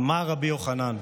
אמר רבי יוחנן: